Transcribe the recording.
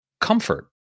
comfort